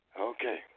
Okay